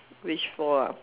wish for ah